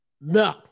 No